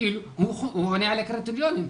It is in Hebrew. הוא עונה על הקריטריונים.